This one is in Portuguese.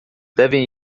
devem